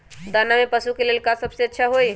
दाना में पशु के ले का सबसे अच्छा होई?